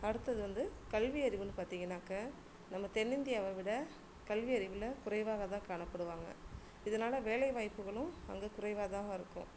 அடுத்தது வந்து கல்வியறிவுனு பார்த்திங்கனாக்க நம்ம தென்னிந்தியாவவை விட கல்வியறிவில் குறைவாக தான் காணப்படுவாங்க இதனால் வேலைவாய்ப்புகளும் அங்கே குறைவாக தான் வ இருக்கும்